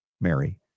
Mary